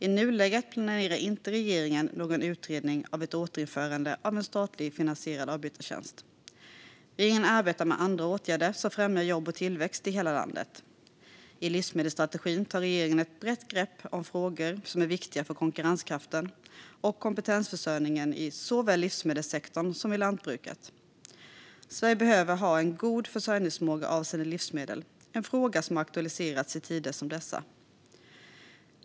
I nuläget planerar inte regeringen någon utredning av ett återinförande av en statligt finansierad avbytartjänst. Regeringen arbetar med andra åtgärder som främjar jobb och tillväxt i hela landet. I livsmedelsstrategin tar regeringen ett brett grepp om frågor som är viktiga för konkurrenskraften och kompetensförsörjningen såväl i livsmedelssektorn som i lantbruket. Sverige behöver ha en god försörjningsförmåga avseende livsmedel - en fråga som aktualiseras i tider som dessa.